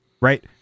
right